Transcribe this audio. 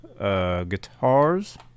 Guitars